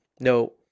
No